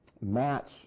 match